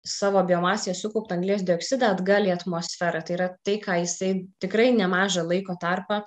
savo biomasėje sukauptą anglies dioksidą atgal į atmosferą tai yra tai ką jisai tikrai nemažą laiko tarpą